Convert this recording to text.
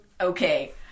Okay